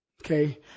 Okay